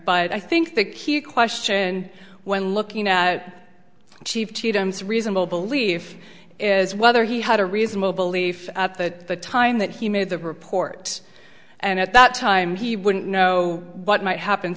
but i think the key question when looking at chief reasonable belief is whether he had a reasonable belief at the time that he made the report and at that time he wouldn't know what might happen